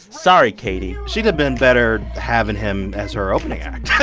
sorry, katy she'd have been better having him as her opening act yeah